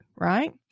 right